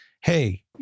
Hey